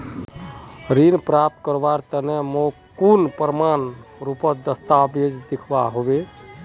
ऋण प्राप्त करवार तने मोक कुन प्रमाणएर रुपोत दस्तावेज दिखवा होबे?